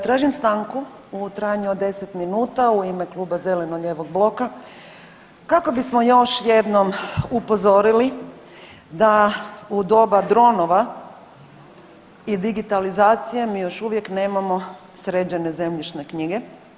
Tražim stanku u trajanju od 10 minuta u ime kluba zeleno-lijevog bloka kako bismo još jednom upozorili, da u doba dronova i digitalizacije mi još uvijek nemamo sređene zemljišne knjige.